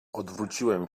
odwróciłem